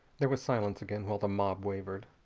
there was silence again while the mob wavered.